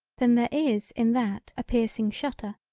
then there is in that a piercing shutter,